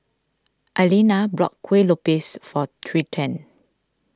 Eliana bought Kuih Lopes for Trenten